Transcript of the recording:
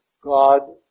God